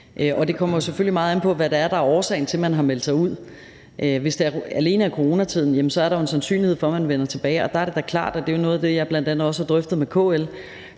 det kommer jo selvfølgelig meget an på, hvad det er, der er årsagen til, at de har meldt sig ud. Hvis det alene skyldes coronatiden, er der jo en sandsynlighed for, at de vender tilbage. Og der er det da klart, at det er noget af det, jeg bl.a. også har drøftet med KL,